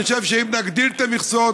אני חושב שאם נגדיל את המכסות,